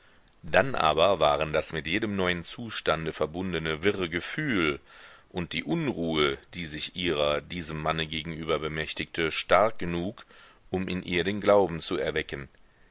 dann aber waren das mit jedem neuen zustande verbundene wirre gefühl und die unruhe die sich ihrer diesem manne gegenüber bemächtigte stark genug um in ihr den glauben zu erwecken